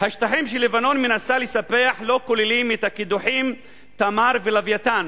"השטחים שלבנון מנסה לספח לא כוללים את הקידוחים 'תמר' ו'לווייתן',